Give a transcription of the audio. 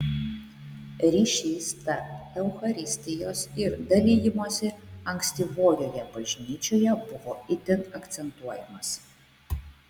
ryšys tarp eucharistijos ir dalijimosi ankstyvojoje bažnyčioje buvo itin akcentuojamas